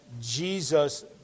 Jesus